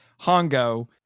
Hongo